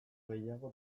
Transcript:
gehiago